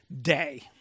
day